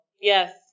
Yes